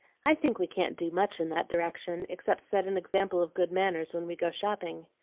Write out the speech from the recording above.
i think we can't do much in that direction, except set an example of good manners when we go shopping.